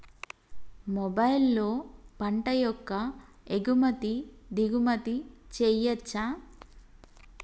మొబైల్లో పంట యొక్క ఎగుమతి దిగుమతి చెయ్యచ్చా?